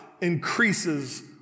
increases